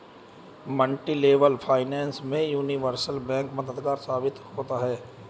multilevel finance में universal bank मददगार साबित होता है